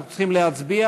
ואנחנו צריכים להצביע.